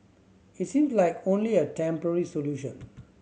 it seems like only a temporary solution